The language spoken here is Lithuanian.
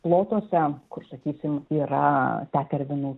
plotuose kur sakysim yra tetervinų